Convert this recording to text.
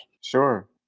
Sure